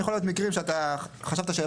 יכולים להיות מקרים בהם אתה חושב שהצלחת